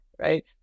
right